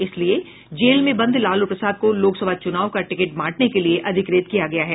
इसलिए जेल में बंद लालू प्रसाद को लोकसभा चुनाव का टिकट बांटने के लिए अधिकृत किया गया है